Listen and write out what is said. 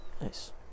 Nice